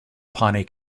pawnee